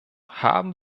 haben